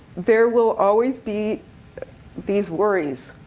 there will always be these worries.